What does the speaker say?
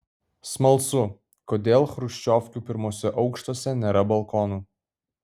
smalsu kodėl chruščiovkių pirmuose aukštuose nėra balkonų